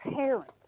parents